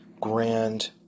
grand